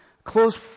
Close